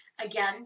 again